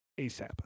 ASAP